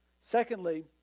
Secondly